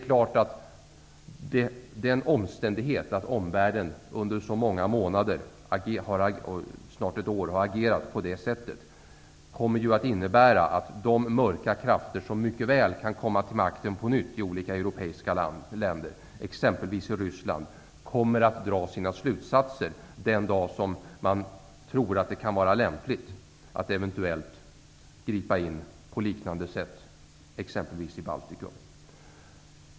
Den omständigheten att omvärlden under så många månader, närmare ett år, har agerat på detta sätt kommer att innebära att de mörka krafter som mycket väl kan komma till makten på nytt i olika europeiska länder, exempelvis i Ryssland, kommer att dra sina slutsatser den dag som de tror att det kan vara lämpligt att eventuellt gripa in på liknande sätt exempelvis i Baltikum.